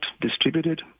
distributed